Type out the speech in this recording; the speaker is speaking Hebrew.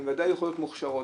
הן ודאי יכולות להיות מוכשרות,